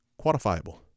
quantifiable